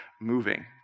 moving